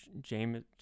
james